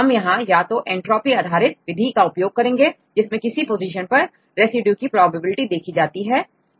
हम यहां या तो एंट्रॉफी आधारित विधि का उपयोग करेंगे जिसमें किसी पोजीशन पर रेसिड्यू की प्रोबेबिलिटी देखी जाती है